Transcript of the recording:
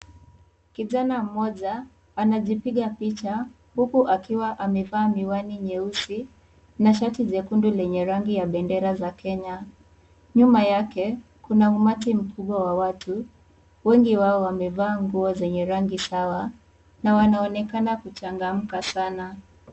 Kijana mmoja, anajipiga picha, huku akiwa amevaa miwani nyeusi na shati nyekundu lenye rangi ya bendera za Kenya. Nyuma yake, kuna umati mkubwa wa watu, wengi wao wamevaa nguo zenye rangi sawa na wanaonekana kuchangamka sana.